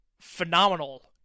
phenomenal